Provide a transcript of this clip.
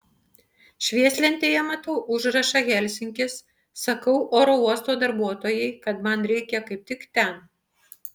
švieslentėje matau užrašą helsinkis sakau oro uosto darbuotojai kad man reikia kaip tik ten